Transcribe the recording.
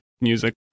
music